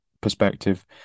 perspective